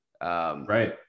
Right